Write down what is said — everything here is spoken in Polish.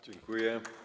Dziękuję.